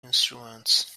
instruments